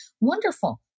Wonderful